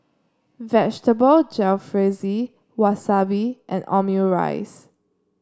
Vegetable Jalfrezi Wasabi and Omurice